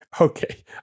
Okay